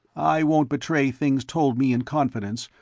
i won't betray things told me in confidence,